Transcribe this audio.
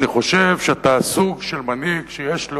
אני חושב שאתה סוג של מנהיג שיש לו